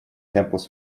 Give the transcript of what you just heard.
temples